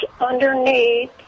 underneath